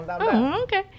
Okay